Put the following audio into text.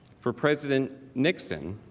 for president nixon,